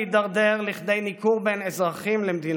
להידרדר לכדי ניכור בין אזרחים למדינתם.